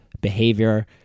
behavior